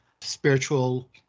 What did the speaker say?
spiritual